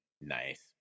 Nice